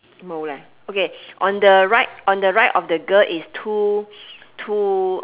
mou leh okay on the right on the right of the girl is two two